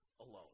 alone